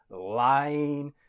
lying